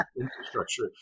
infrastructure